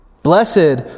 Blessed